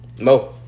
No